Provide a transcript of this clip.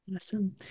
Awesome